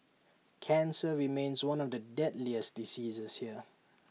cancer remains one of the deadliest diseases here